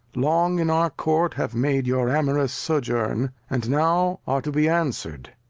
long in our court have made your amorous sojourn. and now are to be answer'd.